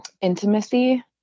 intimacy